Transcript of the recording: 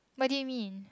what did you mean